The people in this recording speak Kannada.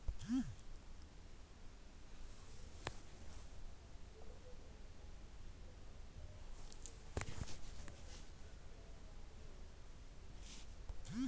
ಟಾಟಾ ಕಾಫಿಯನ್ನು ಟಾಟಾ ಕೆಫೆ ಅಂತ ಕರೀತಾರೆ ಟಾಟಾ ಕಾಫಿ ವಿಶ್ವದ ಅತಿದೊಡ್ಡ ಸಂಯೋಜಿತ ಕಾಫಿ ತೋಟದ ಕಂಪನಿಯಾಗಯ್ತೆ